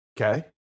Okay